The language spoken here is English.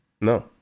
no